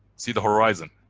see the horizon.